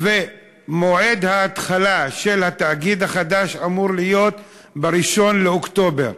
ומועד ההתחלה של התאגיד החדש אמור להיות ב-1 באוקטובר.